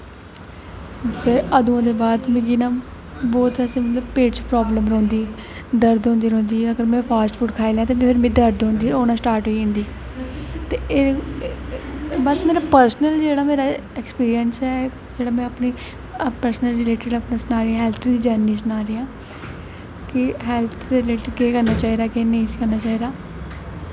फिर अदूं दे बाद मिगी ना बहुत मतलब कि पेट बिच्च प्राब्लम रौंह्दी दर्द होंदी रौंह्दी ऐ अगर में फास्ट फूड खाई लैं ते मिगी दर्द होना स्टार्ट होई जंदी ते एह् बस पर्सनल मेरा एक्सपिरिंयस ऐ जेह्ड़े में अपनीं पर्सनल रिलेटिड हैल्थ दे रिलेटिड सना दा हां कि हैल्थ दे रिलेटिड केह् करना चाहिदा कि केह् नेईं करना चाहिदा